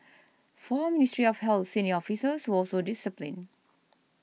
four Ministry of Health senior officers were also disciplined